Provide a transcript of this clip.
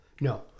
No